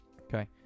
Okay